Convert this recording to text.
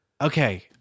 Okay